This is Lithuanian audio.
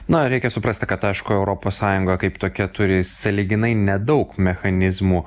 na reikia suprasti kad aišku europos sąjunga kaip tokia turi sąlyginai nedaug mechanizmų